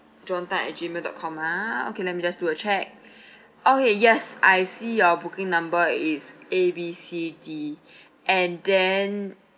john Tan at gmail dot com ah okay let me just do a check okay yes I see your booking number is A B C D and then